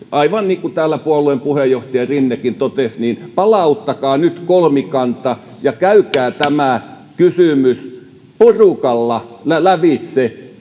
aivan niin kuin täällä puolueen puheenjohtaja rinnekin totesi palauttakaa nyt kolmikanta ja käykää tämä kysymys porukalla lävitse